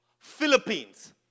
Philippines